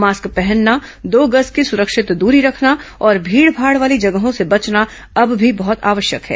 mask पहनना दो गज की सुरक्षित दूरी रखना और भीड़ भाड़ वाली जगहों से बचना अब भी बहत आवश्यक है